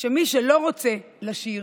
שמי שלא רוצה לשיר,